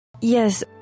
Yes